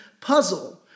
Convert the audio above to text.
puzzle